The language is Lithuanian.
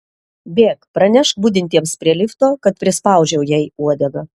bėk pranešk budintiems prie lifto kad prispaudžiau jai uodegą